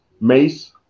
Mace